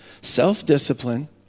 self-discipline